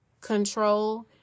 control